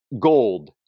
gold